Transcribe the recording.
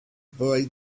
boy